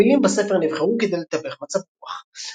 המילים בספר נבחרו כדי לתווך מצב רוח.